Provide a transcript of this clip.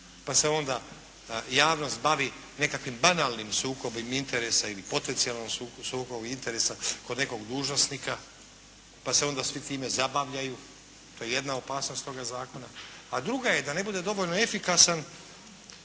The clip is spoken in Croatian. pa se onda javnost bavi nekakvim banalnim sukobima interesa ili potencijalnim sukob interesa kod nekog dužnosnika, pa se onda svi time zabavljaju. To je jedna opasnost toga zakona. A druga je da ne bude dovoljno efikasan